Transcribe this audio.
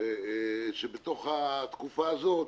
שבתוך התקופה הזאת